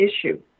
issue